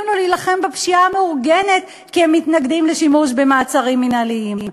לו להילחם בפשיעה המאורגנת כי הם מתנגדים לשימוש במעצרים מינהליים.